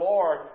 Lord